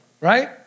right